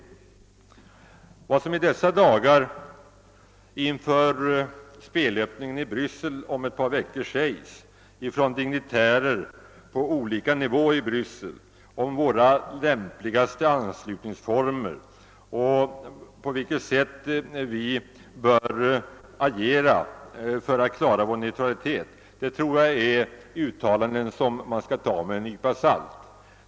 Vad som i dessa dagar inför spelöppningen i Bryssel om ett par veckor sägs av dignitärer på olika nivåer i Bryssel om våra lämpligaste anslutningsformer och om det sätt på vilket vi bör agera för att kunna trygga vår neutralitet tror jag är uttalanden som man bör ta med en nypa salt.